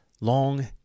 long